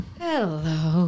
hello